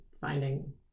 finding